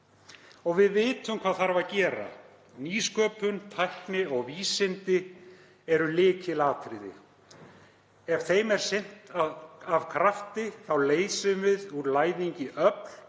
Við vitum hvað þarf að gera. Nýsköpun, tækni og vísindi eru lykilatriði. Ef þeim er sinnt af krafti leysum við úr læðingi öfl